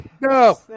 no